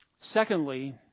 Secondly